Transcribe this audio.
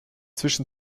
zwischen